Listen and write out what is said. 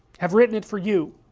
have written it for you